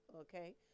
Okay